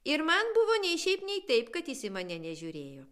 ir man buvo nei šiaip nei taip kad jis į mane nežiūrėjo